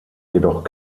jedoch